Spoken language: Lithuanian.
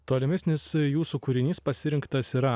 tolimesnis jūsų kūrinys pasirinktas yra